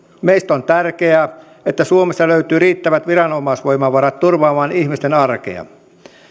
meistä on tärkeää että suomessa löytyy riittävät viranomaisvoimavarat turvaamaan ihmisten arkea